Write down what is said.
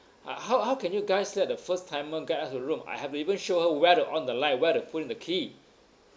ho~ how how can you guys let the first timer guide us to room I have to even show her where to on the light where to put in the key